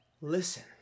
Listen